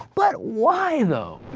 but why though?